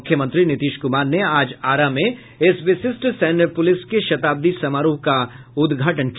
मुख्यमंत्री नीतीश कुमार ने आज आरा में इस विशिष्ट सैन्य पुलिस के शताब्दी समारोह का उद्घाटन किया